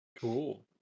Cool